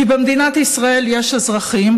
כי במדינת ישראל יש אזרחים,